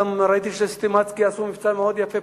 ראיתי גם ש"סטימצקי" עשו מבצע מאוד יפה,